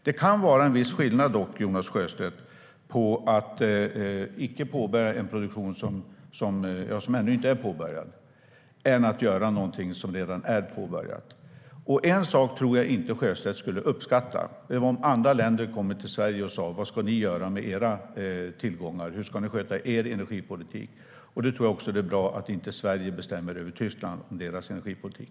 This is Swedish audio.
Det kan vara en viss skillnad, Jonas Sjöstedt, mellan en ännu icke påbörjad produktion och något som redan är påbörjat. En sak tror jag inte att Sjöstedt skulle uppskatta, nämligen om andra länder kom till Sverige och sa vad vi ska göra med våra tillgångar, hur vi ska sköta vår energipolitik. Därför tror jag att det är bra att inte Sverige bestämmer över Tyskland och deras energipolitik.